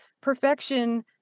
perfection